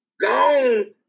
gone